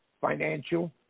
financial